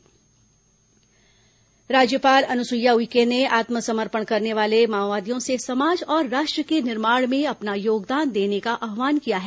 राज्यपाल प्रवास राज्यपाल अनुसुईया उइके ने आत्मसमर्पण करने वाले माओवादियों से समाज और राष्ट्र के निर्माण में अपना योगदान देने का आहवान किया है